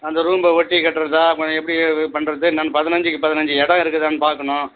அந்த ரூம்பை ஒட்டி கட்டுறதா கொ எப்படி பண்ணுறது என்னென்னு பதினஞ்சுக்கு பதினஞ்சு இடம் இருக்குதானு பார்க்கணும்